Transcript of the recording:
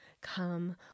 come